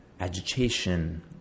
Agitation